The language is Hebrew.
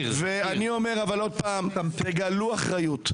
אני אומר שוב, תגלו אחריות.